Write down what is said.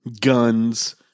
guns